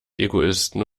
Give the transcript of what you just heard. egoisten